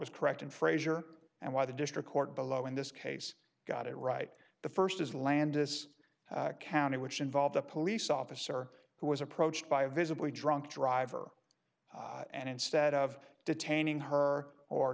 was correct in frazier and why the district court below in this case got it right the first is landis county which involved a police officer who was approached by a visibly drunk driver and instead of detaining her or